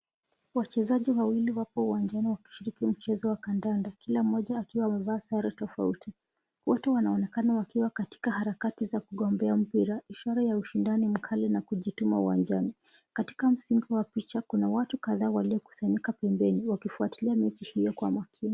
Wachezaji wawili wapo uwanjani wakishiriki mchezo wa kandanda kila mmoja akiwa amevalia sare tofauti. Wote wanaonekana wakiwa katika harakati za kugombea mpira ishara ya ushindani mkali na kujituma uwanjani. Katika msingi wa picha kuna watu kadhaa waliokusanyika pembeni wakifuatilia mechi hiyo kwa makini.